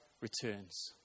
returns